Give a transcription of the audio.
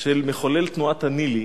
של מחולל תנועת ניל"י,